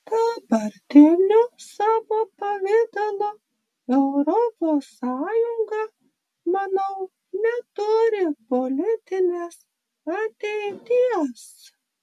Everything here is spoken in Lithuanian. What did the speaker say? dabartiniu savo pavidalu europos sąjunga manau neturi politinės ateities